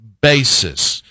basis